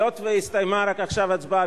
היות שהסתיימה רק עכשיו הצבעה,